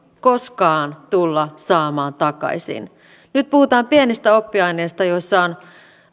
koskaan tulla saamaan takaisin nyt puhutaan pienistä oppiaineista joissa on